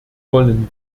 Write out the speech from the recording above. wollen